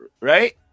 right